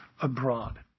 abroad